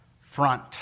front